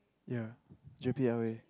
ya gerpe L_A